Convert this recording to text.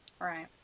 Right